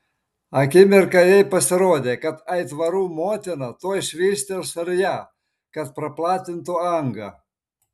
akimirką jai pasirodė kad aitvarų motina tuoj švystels ir ją kad praplatintų angą